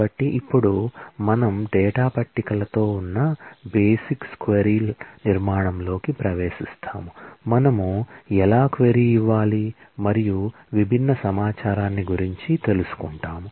కాబట్టి ఇప్పుడు మనం డేటా పట్టికలతో ఉన్న బేసిక్స్ క్వరీ నిర్మాణంలోకి ప్రవేశిస్తాము మనము ఎలా క్వరీ ఇవ్వాలి మరియు విభిన్న సమాచారాన్నిగురించి తెలుసుకుంటాము